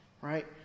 right